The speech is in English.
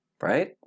Right